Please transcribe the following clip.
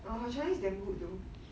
err her chinese damn good though